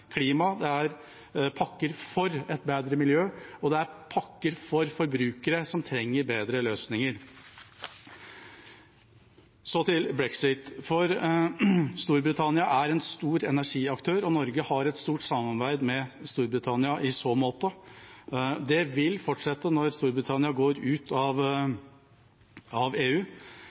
forbrukere som trenger bedre løsninger. Så til brexit: Storbritannia er en stor energiaktør, og Norge har et stort samarbeid med Storbritannia i så måte. Det vil fortsette når Storbritannia går ut av EU,